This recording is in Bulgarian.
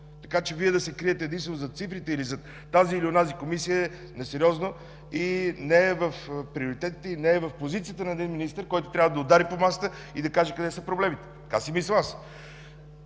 Така че да се криете единствено зад цифрите или тази или онази комисия, е несериозно и не е в приоритетите и позицията на един министър, който трябва да удари по масата и да каже къде са проблемите. Така си мисля аз.